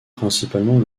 principalement